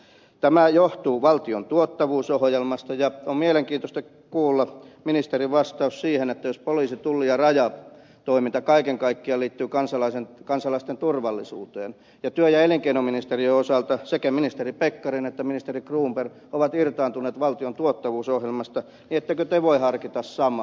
tämä johtuu valtion tuottavuusohjelmasta ja on mielenkiintoista kuulla ministerin vastaus siihen jos poliisin tullin ja rajan toiminta kaiken kaikkiaan liittyy kansalaisten turvallisuuteen ja työ ja elinkeinoministeriön osalta sekä ministeri pekkarinen että ministeri cronberg ovat irtaantuneet valtion tuottavuusohjelmasta niin ettekö te voi harkita samaa